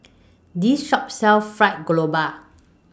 This Shop sells Fried Garoupa